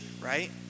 right